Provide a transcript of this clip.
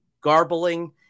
garbling